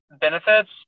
benefits